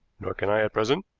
nor can i at present.